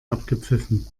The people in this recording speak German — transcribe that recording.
abgepfiffen